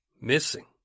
missing